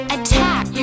Attack